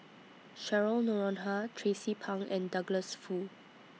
Cheryl Noronha Tracie Pang and Douglas Foo